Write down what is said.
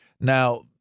Now